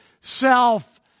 self